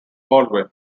baldwin